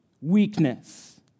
weakness